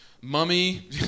Mummy